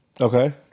Okay